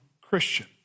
Christian